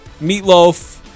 Meatloaf